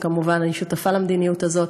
וכמובן אני שותפה למדיניות הזאת,